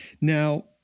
Now